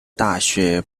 大学